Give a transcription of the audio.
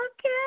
Okay